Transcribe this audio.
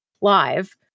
live